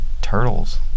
turtles